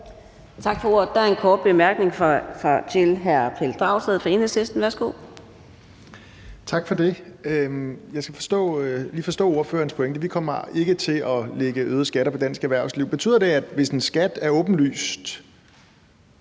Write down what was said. Tak for ordet. Der er en kort bemærkning fra hr. Pelle Dragsted, Enhedslisten. Værsgo. Kl. 12:24 Pelle Dragsted (EL): Tak for det. Jeg skal lige forstå ordførerens pointe: Vi kommer ikke til at lægge øgede skatter på dansk erhvervsliv. Betyder det, at hvis en skat er åbenlyst